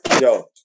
Yo